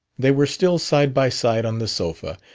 they were still side by side on the sofa.